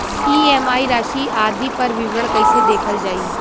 EMI राशि आदि पर विवरण कैसे देखल जाइ?